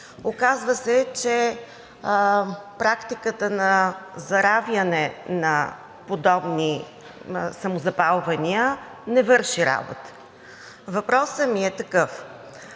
Оказва се, че практиката на заравяне на подобни самозапалвания не върши работа. Въпросът ми е такъв: